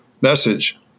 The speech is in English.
Message